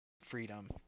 freedom